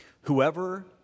whoever